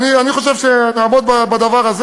אני חושב שנעמוד בדבר הזה.